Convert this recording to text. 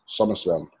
SummerSlam